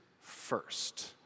first